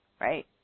right